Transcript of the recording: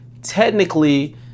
technically